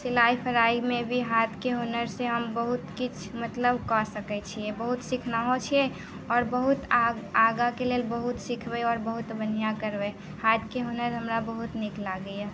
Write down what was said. सिलाइ कढ़ाइमे भी हाथके हुनरसँ हम बहुत किछु मतलब कऽ सकैत छियै बहुत सिखनेहो छियै आओर बहुत आ आगाँके लेल बहुत सीखबै और बहुत बढ़िआँ करबै हाथके हुनर हमरा बहुत नीक लागैए